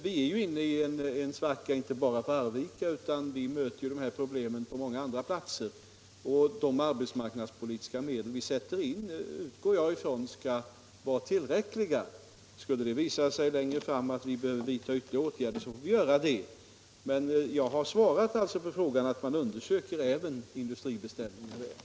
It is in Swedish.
Vi är ju inne i en svacka inte bara för Arvika, utan vi möter de här problemen på många andra platser, och jag utgår från att de arbetsmarknadspolitiska medel vi sätter in skall vara tillräckliga. Skulle det längre fram visa sig att vi behöver vidta ytterligare åtgärder får vi göra det. Men jag har alltså svarat att vi undersöker även möjligheterna till industribeställningar här.